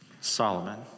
Solomon